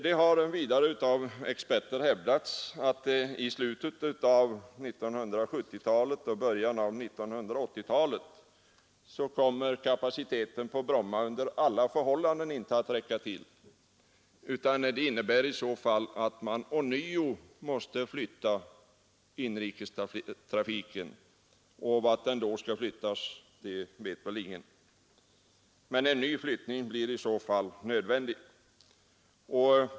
Det har vidare av experter hävdats att i slutet av 1970-talet och början av 1980-talet kommer kapaciteten på Bromma under alla förhållanden inte att räcka till. Det innebär att man ånyo måste flytta inrikestrafiken. Vart den då skall flyttas vet väl ingen, men en ny flyttning blir i så fall nödvändig.